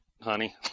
honey